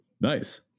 Nice